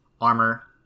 armor